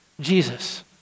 Jesus